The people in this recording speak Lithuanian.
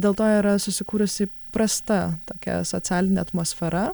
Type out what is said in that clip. dėl to yra susikūrusi prasta tokia socialinė atmosfera